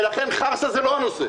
לכן חרסה זה לא הנושא.